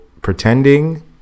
pretending